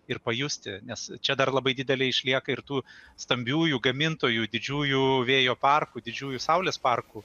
ir pajusti nes čia dar labai didelė išlieka ir tų stambiųjų gamintojų didžiųjų vėjo parkų didžiųjų saulės parkų